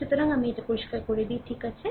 সুতরাং আমাকে এটি পরিষ্কার করা যাক ঠিক আছে